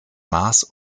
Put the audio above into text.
mars